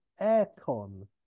Aircon